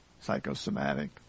Psychosomatic